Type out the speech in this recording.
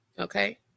Okay